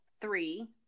three